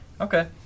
Okay